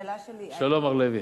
השאלה שלי, שלום, מר לוי.